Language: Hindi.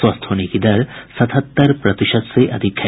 स्वस्थ होने की दर सतहत्तर प्रतिशत से अधिक है